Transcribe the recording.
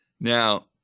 Now